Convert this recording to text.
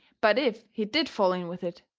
but if he did fall in with it,